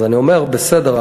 אז אני אומר: בסדר,